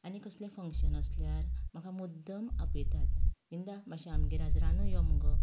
आनी कसलें फंक्शन आसल्यार म्हाका मुद्दाम आपयतात विंदा मातशें आमगेर आयज रांदूंक यो मगो